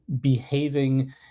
behaving